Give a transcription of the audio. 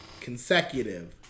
consecutive